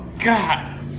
God